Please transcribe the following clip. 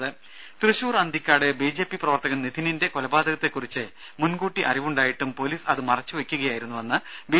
രുമ തൃശൂർ അന്തിക്കാട് ബിജെപി പ്രവർത്തകൻ നിധിനിന്റെ കൊലപാതകത്തെ കുറിച്ച് മുൻകൂട്ടി അറിവുണ്ടായിട്ടും പൊലീസ് അത് മറച്ചുവെക്കുകയായിരുന്നെന്ന് ബി